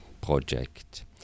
project